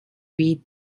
beet